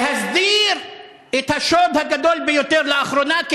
להסביר את השוד הגדול ביותר לאחרונה,